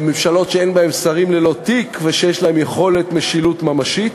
ממשלות שאין בהן שרים ללא תיק ושיש להן יכולת משילות ממשית.